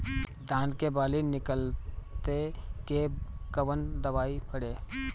धान के बाली निकलते के कवन दवाई पढ़े?